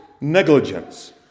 Negligence